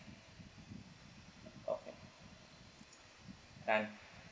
okay done